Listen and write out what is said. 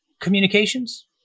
communications